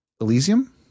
Elysium